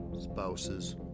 spouses